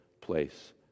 place